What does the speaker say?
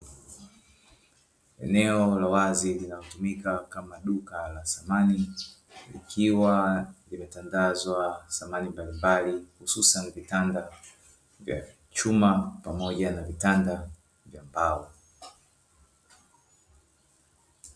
Eneo la wazi linatumika kama duka la samani ikiwa imetandazwa samani mbalimbali hususani vitanda vya chuma pamoja na vitanda vya mbao.